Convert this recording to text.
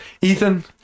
Ethan